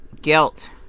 Guilt